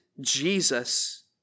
Jesus